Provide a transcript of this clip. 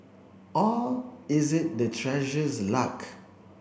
or is it the Treasurer's luck